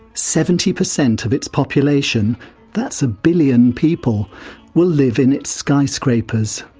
seventy percent of its population that's a billion people will live in its skyscrapers.